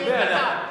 אני יודע,